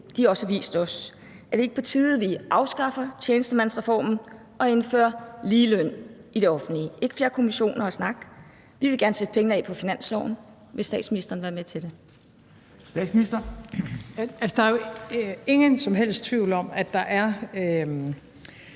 har vist os? Er det ikke på tide, at vi afskaffer tjenestemandsreformen og indfører ligeløn i det offentlige – ikke flere kommissioner og mere snak? Vi vil gerne sætte pengene af på finansloven. Vil statsministeren være med til det? Kl. 13:48 Formanden (Henrik Dam Kristensen):